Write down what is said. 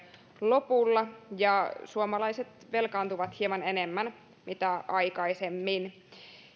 lopulla satakaksikymmentäseitsemän pilkku kaksi prosenttia suomalaiset velkaantuvat hieman enemmän kuin aikaisemmin